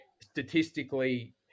statistically